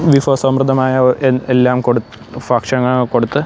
വിഭവ സമൃദ്ധമായ എല്ലാം കൊടു ഭക്ഷണം കൊടുത്ത്